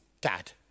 Dad